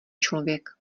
člověk